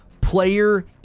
Player